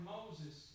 Moses